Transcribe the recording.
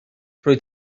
rwyt